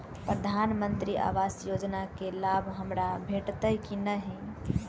प्रधानमंत्री आवास योजना केँ लाभ हमरा भेटतय की नहि?